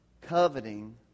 coveting